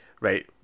right